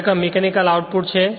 ખરેખર mechanical output છે